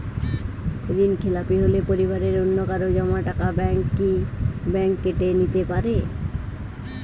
ঋণখেলাপি হলে পরিবারের অন্যকারো জমা টাকা ব্যাঙ্ক কি ব্যাঙ্ক কেটে নিতে পারে?